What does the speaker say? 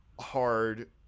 hard